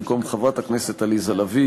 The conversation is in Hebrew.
במקום חברת הכנסת עליזה לביא